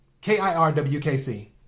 K-I-R-W-K-C